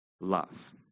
love